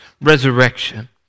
resurrection